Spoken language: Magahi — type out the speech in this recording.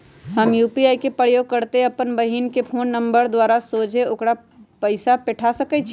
हम यू.पी.आई के प्रयोग करइते अप्पन बहिन के फ़ोन नंबर द्वारा सोझे ओकरा पइसा पेठा सकैछी